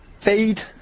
Fade